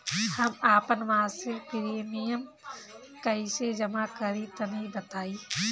हम आपन मसिक प्रिमियम कइसे जमा करि तनि बताईं?